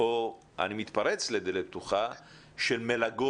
אתם המשרד לתרבות וספורט.